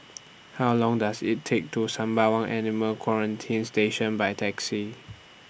How Long Does IT Take to Sembawang Animal Quarantine Station By Taxi